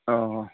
ଓହୋ